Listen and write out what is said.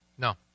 No